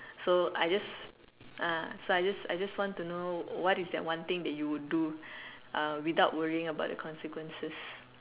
so I just ah so I just I just want to know what is the one thing that you would do uh without worrying about the consequences